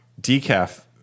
decaf